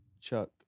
Chuck